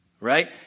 Right